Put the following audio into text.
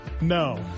No